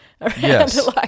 yes